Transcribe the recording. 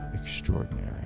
extraordinary